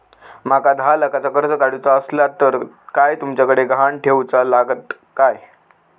माका दहा लाखाचा कर्ज काढूचा असला तर काय तुमच्याकडे ग्हाण ठेवूचा लागात काय?